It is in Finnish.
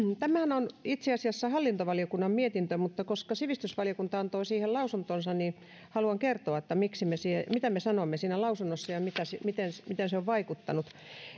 tämähän on itse asiassa hallintovaliokunnan mietintö mutta koska sivistysvaliokunta antoi siihen lausuntonsa niin haluan kertoa mitä me sanoimme siinä lausunnossa ja miten se miten se on vaikuttanut